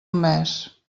mes